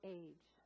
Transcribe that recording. age